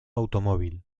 automóvil